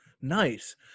Nice